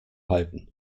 halten